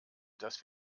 dass